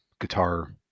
guitar